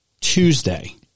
Tuesday